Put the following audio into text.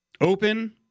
open